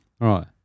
Right